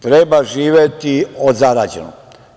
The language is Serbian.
Treba živeti od zarađenog.